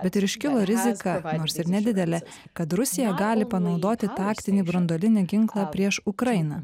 bet ir iškilo rizika nors ir nedidelė kad rusija gali panaudoti taktinį branduolinį ginklą prieš ukrainą